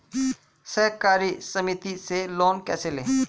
सहकारी समिति से लोन कैसे लें?